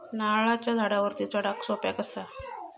नारळाच्या झाडावरती चडाक सोप्या कसा?